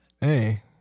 Hey